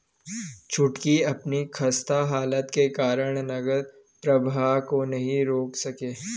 छुटकी अपनी खस्ता हालत के कारण नगद प्रवाह को नहीं रोक सके